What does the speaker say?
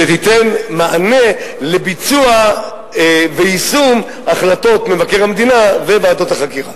שתיתן מענה לביצוע ויישום של החלטות מבקר המדינה וועדות החקירה.